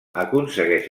aconsegueix